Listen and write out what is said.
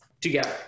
together